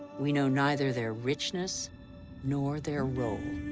we know neither their richness nor their role.